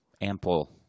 ample